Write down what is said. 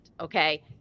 Okay